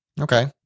Okay